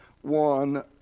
one